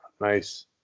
Nice